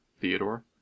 Theodore